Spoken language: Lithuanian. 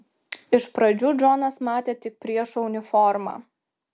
iš pradžių džonas matė tik priešo uniformą